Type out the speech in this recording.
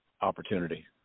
opportunity